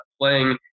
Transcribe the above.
playing